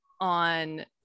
on